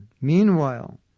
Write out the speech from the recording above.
Meanwhile